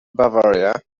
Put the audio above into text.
bavaria